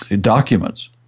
documents